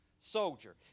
soldier